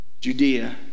Judea